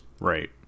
Right